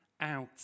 out